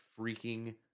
freaking